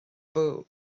bwyd